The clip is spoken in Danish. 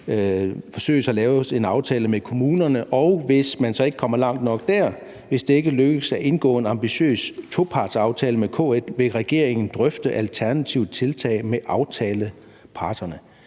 forsøge at lave en aftale med kommunerne, og hvis man så ikke kommer langt nok der og det ikke lykkes at indgå en ambitiøs topartsaftale med KL, vil regeringen drøfte alternative tiltag med aftaleparterne.